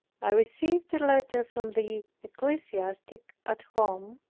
i received a letter from the ecclesiastic at home,